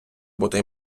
бути